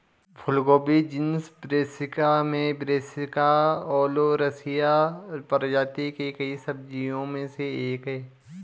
फूलगोभी genus brassica में brassica oleracea प्रजाति की कई सब्जियों में से एक है